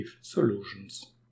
solutions